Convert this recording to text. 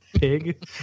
pig